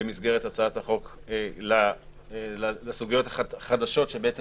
במסגרת הצעת החוק לסוגיות החדשות שבעצם